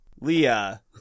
Leah